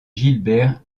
gilbert